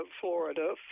Florida